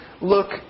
look